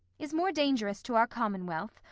is more dangerous to our commonwealth,